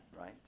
right